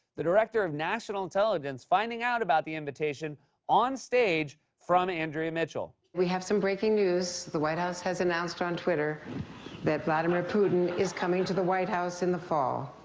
the director of national intelligence, finding out about the invitation onstage from andrea mitchell. we have some breaking news. the white house has announced on twitter that vladimir putin is coming to the white house in the fall.